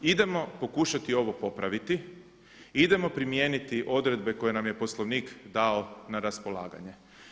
Idemo pokušati ovo popraviti, idemo primijeniti odredbe koje nam je Poslovnik dao na raspolaganje.